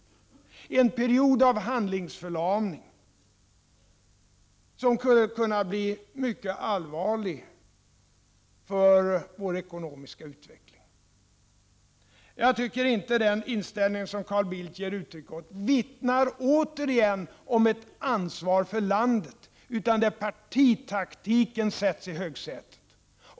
Det skulle kunna leda till en period av handlingsförlamning, vilken skulle kunna bli mycket allvarlig för vår ekonomiska utveckling. Jag tycker att den inställning som Carl Bildt återigen ger uttryck för inte vittnar om en känsla av ansvar för landet; i stället sätts partitaktiken i högsätet.